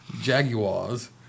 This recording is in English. Jaguars